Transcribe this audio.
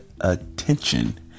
ATTENTION